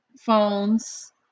phones